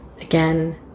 Again